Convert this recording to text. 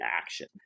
action